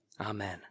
Amen